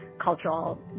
cultural